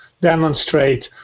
demonstrate